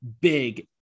big